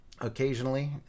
occasionally